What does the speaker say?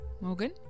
Morgan